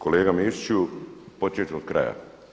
Kolega Mišiću, počet ću od kraja.